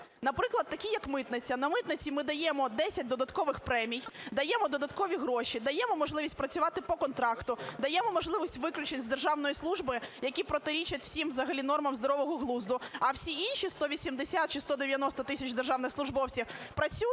наприклад, такі як митниця. На митниці ми даємо 10 додаткових премій, даємо додаткові гроші, даємо можливість працювати по контракту, даємо можливість виключити з державної служби, які протирічать всім взагалі нормам здорового глузду, а всі інші 180 чи 190 тисяч державних службовців – працюйте